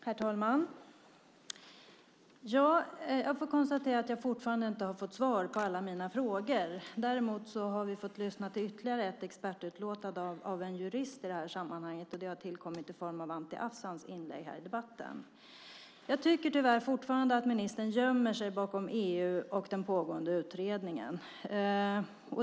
Herr talman! Jag kan konstatera att jag fortfarande inte har fått svar på alla mina frågor. Däremot har vi fått lyssna till ytterligare ett expertutlåtande av en jurist i det här sammanhanget, och det har tillkommit i form av Anti Avsans inlägg här i debatten. Jag tycker tyvärr fortfarande att ministern gömmer sig bakom EU och den pågående utredningen.